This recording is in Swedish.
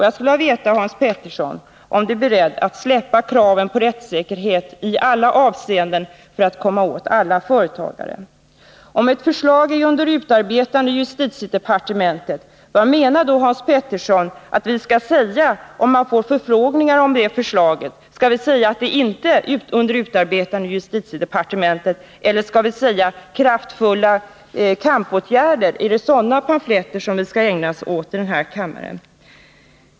Jag skulle vilja veta om Hans Pettersson tänker släppa kraven på rättssäkerhet i alla avseenden för att förstöra för alla företagare. Om ett förslag är under utarbetande i justitiedepartementet, vad menar då Hans Pettersson att vi skall säga, ifall vi får förfrågningar om det förslaget? 4 Skall vi säga att det inte är under utarbetande i justitiedepartementet eller skall vi tala om kraftfulla kampåtgärder? Är det pamfletter med sådant innehåll som vi skall ägna oss åt att kasta fram i denna kammare, på samma sätt som socialdemokraterna?